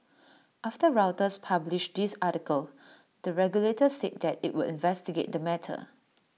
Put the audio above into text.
after Reuters published this article the regulator said that IT would investigate the matter